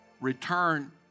Return